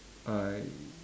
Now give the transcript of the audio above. I